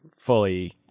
fully